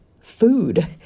food